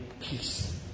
peace